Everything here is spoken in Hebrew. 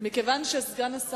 מכיוון שהשר